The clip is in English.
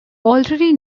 already